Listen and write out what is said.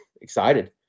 excited